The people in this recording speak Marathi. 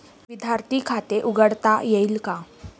विद्यार्थी खाते उघडता येईल का?